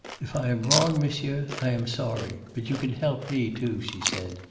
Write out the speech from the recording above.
if i am wrong, monsieur, i am sorry, but you can help me too, she said,